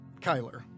Kyler